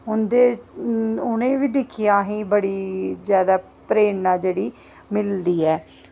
उं'दे उ'नें बी दिक्खियै असें गी बड़ी जादा प्रेरणा जेह्ड़ी मिलदी ऐ